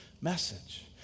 message